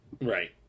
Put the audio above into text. Right